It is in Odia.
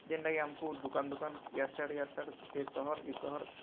ଯେନ୍ଟାକି ଆମ୍କୁ ଦୁକାନ୍ ଦୁକାନ୍ ସେ ସହର୍ ଇ ସହର୍